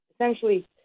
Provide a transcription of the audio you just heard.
essentially